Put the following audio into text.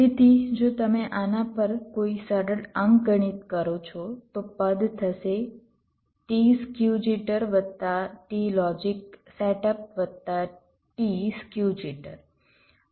તેથી જો તમે આના પર કોઈ સરળ અંકગણિત કરો છો તો પદ થશે t સ્ક્યુ જિટર વત્તા t લોજિક સેટઅપ વત્તા t સ્ક્યુ જિટર